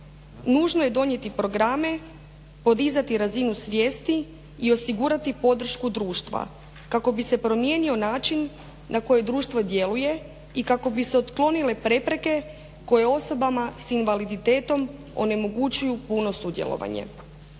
nužno je donijeti programe, podizati razinu svijesti i osigurati podršku društva kako bi se promijenio način na koje društvo djeluje i kako bi se otklonile prepreke koje osobama sa invaliditetom onemogućuju puno sudjelovanje.